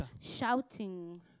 Shouting